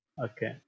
Okay